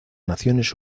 naciones